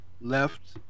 left